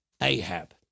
Ahab